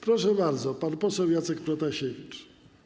Proszę bardzo, pan poseł Jacek Protasiewicz.